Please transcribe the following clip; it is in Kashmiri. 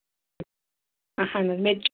اَہن حظ